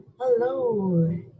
Hello